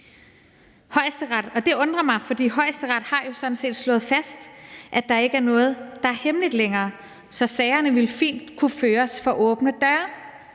det undrer mig, for Højesteret har jo sådan set slået fast, at der ikke er noget, der er hemmeligt længere, så sagerne ville fint kunne føres for åbne døre.